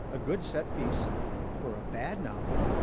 a good set piece for a bad novel,